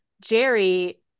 Jerry